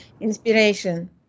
inspiration